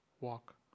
walk